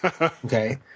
okay